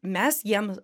mes jiems